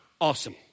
awesome